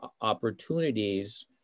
opportunities